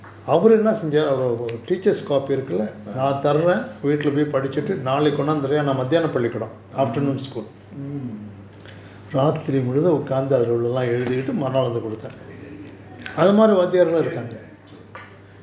ah mm ya ya true true